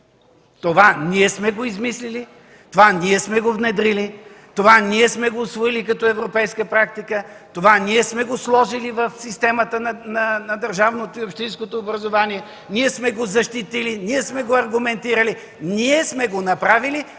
Това ние сме го измислили, ние сме го внедрили, ние сме го усвоили като европейска практика, ние сме го сложили в системата на държавното и общинското образование, ние сме го защитили, ние сме го аргументирали и сме го направили